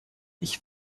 ich